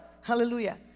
Hallelujah